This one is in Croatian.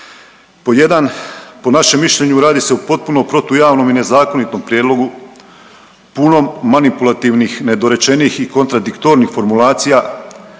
Pod jedan, po našem mišljenju radi se o potpuno protupravnom i nezakonitom prijedlogu, punom manipulativnih, nedorečenih i kontradiktornih formulacija